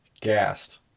gassed